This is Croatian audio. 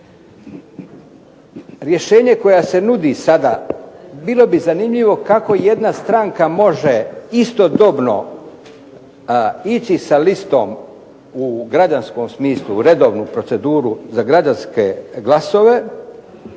Rješenje koje se nudi sada bilo bi zanimljivo kako jedna stranka može istodobno ići sa listom u građanskom smislu u redovnu proceduru za građanske glasove